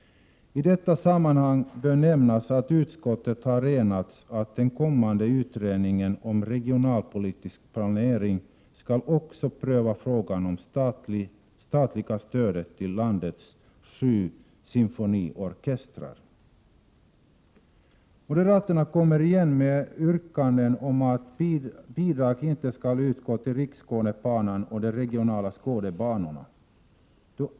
I detta sammanhang bör nämnas att utskottet har enats om att den kommande utredningen om regionalpolitisk planering också skall pröva frågan om det statliga stödet till landets sju symfoniorkestrar. Moderaterna kommer igen med yrkanden om att bidrag inte skall utgå till Riksskådebanan och de regionala skådebanorna.